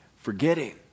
Forgetting